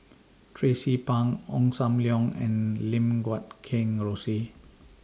Tracie Pang Ong SAM Leong and Lim Guat Kheng Rosie